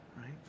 right